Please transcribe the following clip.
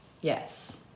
Yes